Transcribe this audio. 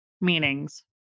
meanings